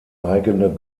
eigene